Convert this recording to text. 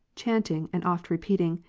chanting, and oft repeating,